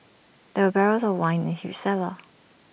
there were barrels of wine in huge cellar